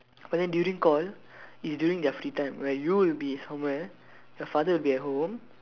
but then during call it's during their free time right you will be somewhere your father will be at home